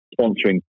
sponsoring